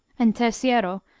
and terceiro,